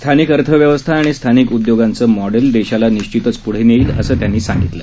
स्थानिक अर्थव्यवस्था आणि स्थानिक उद्योगाचं मॉडेल देशाला निश्चितच प्ढं नेईन असं ते म्हणाले